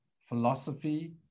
philosophy